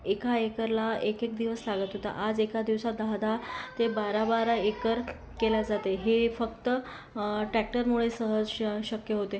एका एकरला एक एक दिवस लागत होता आज एका दिवसात दहा दहा ते बारा बारा एकर केला जाते हे फक्त टॅक्टरमुळेच सहज श शक्य होते